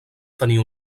tenir